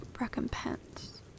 recompense